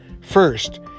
First